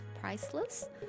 Priceless